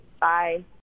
Bye